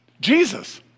Jesus